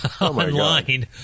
online